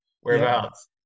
Whereabouts